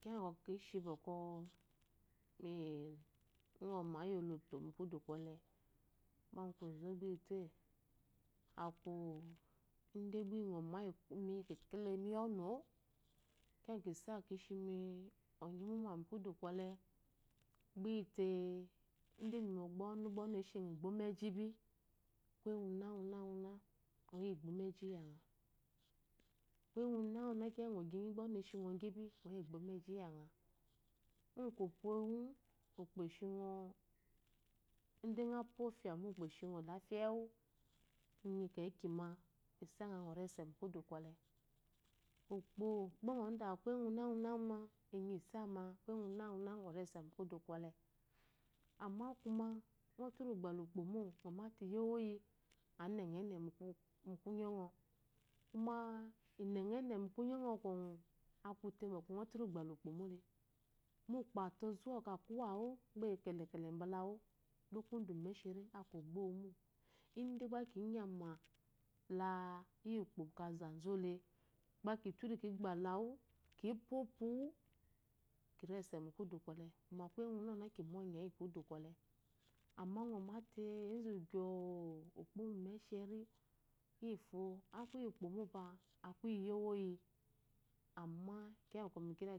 ingoma yi kudu ngole gbeyi koze gbe inyte aku inde dba ingme yi kekelelemya onuo kiyi kisa kishi onye imuma mukudu kwle gbayite inde inyi mogbe wu onu gbe onu eshimi egbo mejibi kuye-gunegune ngoyi egbo meji yanga kuye gune-gune kiya gyingo gyi gba onu eshingo gyibi ngo yi rgbo mesi yanga. igyi kopwo gun ukpo eshingo inde ngo puofia mo ukpo eshingo olafia mu engu inyi kekime insengɔ ngo rese mu kudu ngole ikpo bgɔ ngo damu kuye gune-gune inyi isama kuye-gune-gune ngo rese mu kudu kwce amma kuma ngo turu gbelɔukpomo ngomate iyowoyi a nengo ene-mu kunyongo kuma nnengo ene mu kunyo kkwɔgun akute bɔ ngo turu gba inkpomule mo ukpo ate ozuwawu gba eyi kele-kele bekwu uku du imesheri aku ogbowumo ide gba ki nyema laiyiukpo kezazuole gba kituru kigbe kwuki pwa opuwu kisese mu kudu kwəle kuma kuye gune-gune ki muonye yi kudu kwole, amma ngo mate enzu gyoo okpomo mimesshri inyifo akuyikpo mopa akuyi iyiwoyiammakiyi